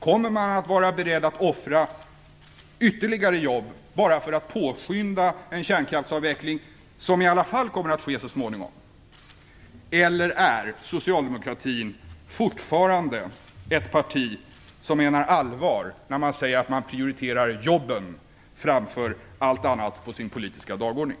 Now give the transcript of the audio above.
Kommer man att vara beredd att offra ytterligare jobb bara för att påskynda en kärnkraftsavveckling som i alla fall kommer att ske så småningom, eller är Socialdemokraterna fortfarande ett parti som menar allvar när man säger att man prioriterar jobben framför allt annat på sin politiska dagordning?